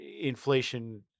inflation